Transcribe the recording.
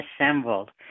assembled